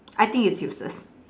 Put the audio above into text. I T is useless